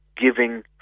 giving